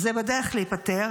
זה בדרך להיפתר,